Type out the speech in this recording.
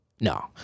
No